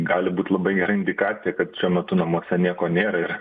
gali būt labai gera indikacija kad šiuo metu namuose nieko nėra ir